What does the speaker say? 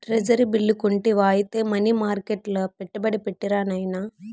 treasury bill కొంటివా ఐతే money మర్కెట్ల పెట్టుబడి పెట్టిరా నాయనా